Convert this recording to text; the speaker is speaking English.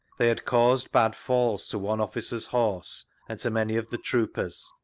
they bad caused bad falls to one officer's horse and to many of the troopers'.